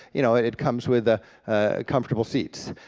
you know, it comes with the comfortable seats.